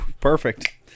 Perfect